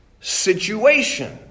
situation